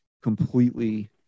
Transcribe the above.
completely